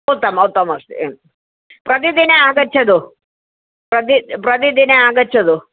उत्तमम् उत्तममस्ति प्रतिदिने आगच्छतु प्रति प्रतिदिने आगच्छतु